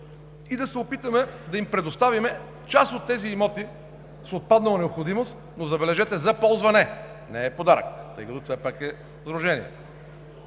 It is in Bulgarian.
и да се опитаме да им предоставим част от тези имоти с отпаднала необходимост, но, забележете, за ползване – не е подарък, тъй като все пак е сдружение.